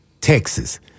Texas